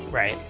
right.